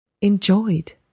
enjoyed